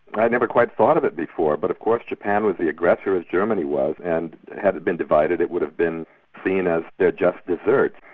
but i never quite thought of it before, but of course japan was the aggressor, as germany was, and had it been divided it would have been seen as their just deserts.